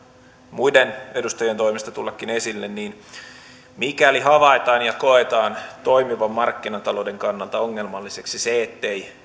muiden edustajien toimesta tullakin esille mikäli havaitaan ja koetaan toimivan markkinatalouden kannalta ongelmalliseksi se ettei